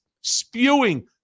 spewing